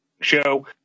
show